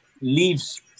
leaves